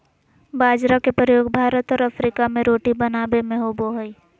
बाजरा के प्रयोग भारत और अफ्रीका में रोटी बनाबे में होबो हइ